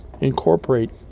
incorporate